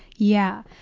yeah.